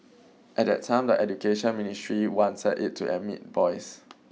at that time the Education Ministry wanted it to admit boys